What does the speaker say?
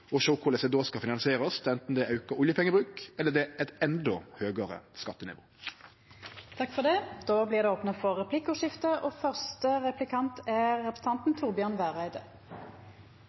og sjå korleis det då skal finansierast, anten det er auka oljepengebruk eller eit endå høgare skattenivå. Det blir replikkordskifte. Først og fremst må eg seie at påstandane om at det har gått treigt i svingane no, er